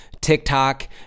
TikTok